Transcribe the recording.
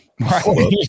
Right